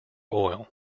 oil